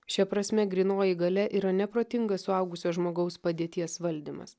šia prasme grynoji galia yra neprotingas suaugusio žmogaus padėties valdymas